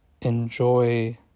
enjoy